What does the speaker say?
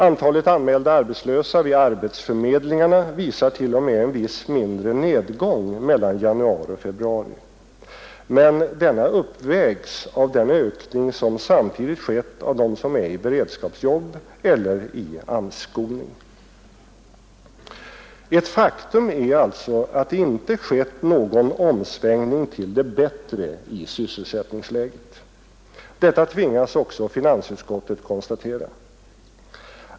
Antalet anmälda arbetslösa vid arbetsförmedlingarna visar t.o.m. en viss mindre nedgång mellan januari och februari, men denna uppvägs av den ökning som samtidigt skett av dem som är i beredskapsjobb eller i AMS-skolning. Ett faktum är alltså att det inte skett någon omsvängning till det bättre i syselsättningsläget. Detta tvingas också finansutskottet konstatera.